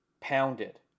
pounded